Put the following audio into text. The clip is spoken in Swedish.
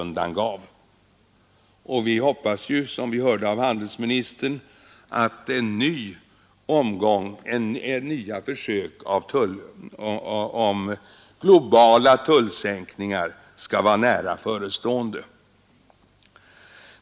Vi hoppas, som handelsministern sade, att nya försök till globala tullsänkningar skall vara frigörelse som vi nu s talar emot att EEC under alla förhållanden är sig selv nok; nära förestående.